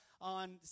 on